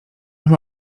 nie